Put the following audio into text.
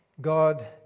God